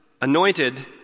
anointed